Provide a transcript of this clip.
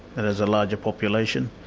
that has a larger population,